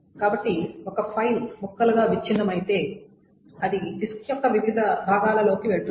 కాబట్టి ఒక ఫైల్ ముక్కలుగా విచ్ఛిన్న మైతే అది డిస్క్ యొక్క వివిధ భాగాలలోకి వెళుతుంది